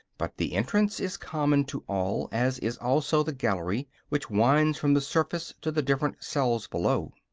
but the entrance is common to all, as is also the gallery which winds from the surface to the different cells below.